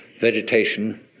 vegetation